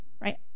right